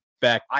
back